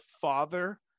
father